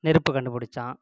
நெருப்பு கண்டுப்பிடிச்சான்